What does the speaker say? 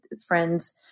friends